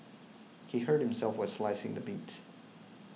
he hurt himself while slicing the meat